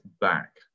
back